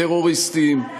טרוריסטים,